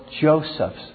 Joseph's